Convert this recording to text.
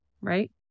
Right